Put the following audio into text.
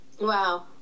wow